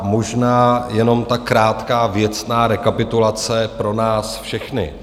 Možná jenom ta krátká rekapitulace pro nás všechny.